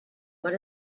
what